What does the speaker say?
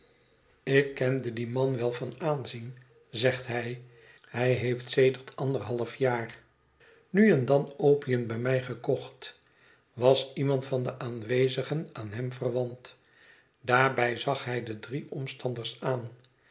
ik kende dien man wel van aanzien zegt hij hij heeft sedert anderhalfjaar nu en dan opium bij mij gekocht was iemand van de aanwezigen aan hem verwant daarbij zag hij de drie omstanders aan